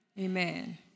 Amen